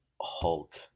Hulk